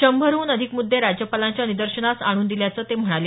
शंभरहून अधिक मुद्दे राज्यपालांच्या निर्दर्शनास आणून दिल्याचं ते म्हणाले